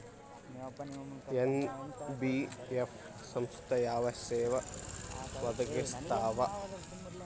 NBF ಸಂಸ್ಥಾ ಯಾವ ಸೇವಾ ಒದಗಿಸ್ತಾವ?